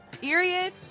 period